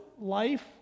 life